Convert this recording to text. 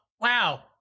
Wow